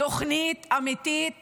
תוכנית אמיתית